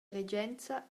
regenza